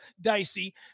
dicey